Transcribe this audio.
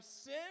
sin